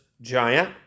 giant